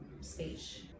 speech